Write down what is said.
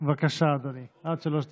מקלב, בבקשה, אדוני, עד שלוש דקות.